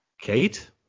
Kate